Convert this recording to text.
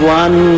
one